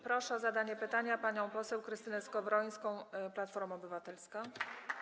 Proszę o zadanie pytania panią poseł Krystynę Skowrońską, Platforma Obywatelska.